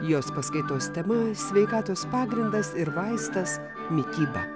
jos paskaitos tema sveikatos pagrindas ir vaistas mityba